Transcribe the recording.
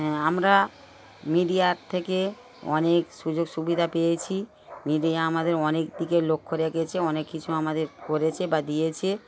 হ্যাঁ আমরা মিডিয়ার থেকে অনেক সুযোগ সুবিধা পেয়েছি মিডিয়া আমাদের অনেক দিকে লক্ষ্য রেখেছে অনেক কিছু আমাদের করেছে বা দিয়েছে